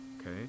Okay